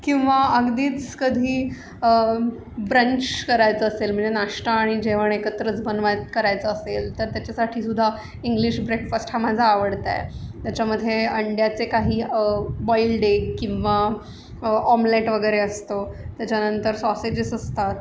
किंवा अगदीच कधी ब्रंच करायचं असेल म्हणजे नाष्टा आणि जेवण एकत्रच बनवाय करायचं असेल तर त्याच्यासाठी सुद्धा इंग्लिश ब्रेकफास्ट हा माझा आवडता आहे त्याच्यामध्ये अंड्याचे काही बॉइल डे किंवा ऑमलेट वगैरे असतो त्याच्यानंतर सॉसेजेस असतात